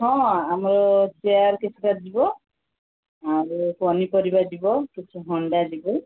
ହଁ ଆମର ଚେୟାର୍ କେତେଟା ଯିବ ଆଉ ପନିପରିବା ଯିବ କିଛି ହଣ୍ଡା ଯିବ